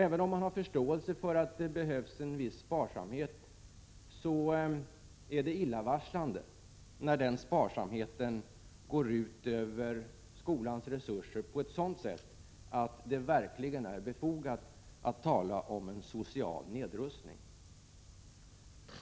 Även om man har förståelse för att det behövs en viss sparsamhet, är det illavarslande när den sparsamheten går ut över skolans resurser på ett sådant sätt att det verkligen är befogat att tala om en social nedrustning.